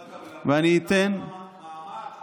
דרך אגב ולפיד --- מה אמר?